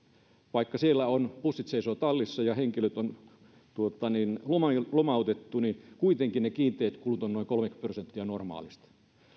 vaikka siellä bussit seisovat tallissa ja henkilöt on lomautettu niin kuitenkin ne kiinteät kulut ovat noin kolmekymmentä prosenttia normaalista